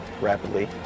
rapidly